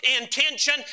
intention